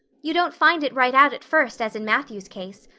you don't find it right out at first, as in matthew's case,